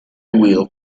will